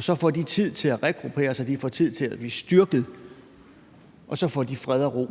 Så får de tid til at regruppere sig, de får tid til at blive styrket, og så får de fred og ro.